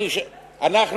הזמן עובר,